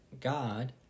God